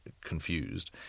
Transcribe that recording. confused